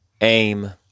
AIM